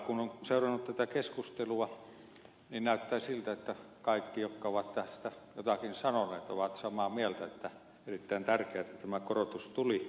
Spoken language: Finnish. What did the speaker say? kun on seurannut tätä keskustelua niin näyttää siltä että kaikki jotka ovat tästä jotakin sanoneet ovat samaa mieltä että on erittäin tärkeätä että tämä korotus tuli